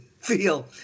feel